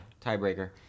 tiebreaker